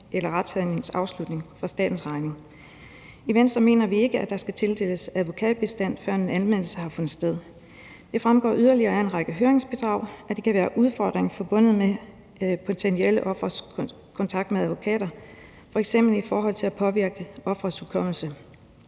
efter retssagens afslutning på statens regning. I Venstre mener vi ikke, at der skal tildeles advokatbistand, før en anmeldelse har fundet sted. Det fremgår yderligere af en række høringsbidrag, at der kan være udfordringer forbundet med potentielle ofres kontakt med advokater, f.eks. i forhold til at påvirke offerets hukommelse.